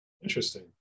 Interesting